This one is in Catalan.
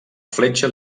fletxa